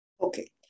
Okay